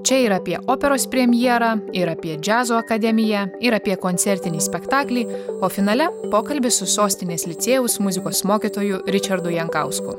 čia ir apie operos premjerą ir apie džiazo akademiją ir apie koncertinį spektaklį o finale pokalbis su sostinės licėjaus muzikos mokytoju ričardu jankausku